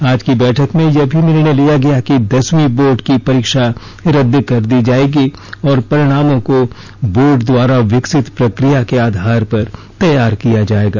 आज की बैठक में यह भी निर्णय लिया गया कि दसवीं बोर्ड की परीक्षा रद्द कर दी जाएगी और परिणामों को बोर्ड द्वारा विकसित प्रक्रिया के आधार पर तैयार किया जायेगा